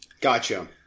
Gotcha